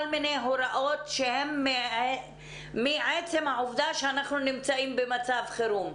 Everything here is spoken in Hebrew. מיני הוראות שהן מעצם העובדה שאנחנו נמצאים במצב חירום.